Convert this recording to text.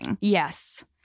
yes